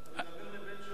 אתה מדבר לבן של רופא.